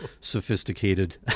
sophisticated